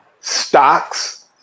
stocks